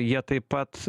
jie taip pat